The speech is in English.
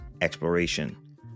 exploration